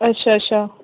अच्छा अच्छा